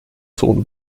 zone